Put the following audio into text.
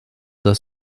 das